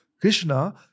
Krishna